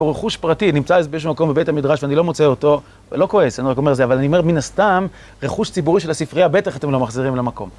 רכוש פרטי, נמצא בשום מקום בבית המדרש, ואני לא מוצא אותו, לא כועס, אני רק אומר זה, אבל אני אומר מן הסתם, רכוש ציבורי של הספרייה, בטח אתם לא מחזירים למקום.